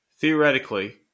Theoretically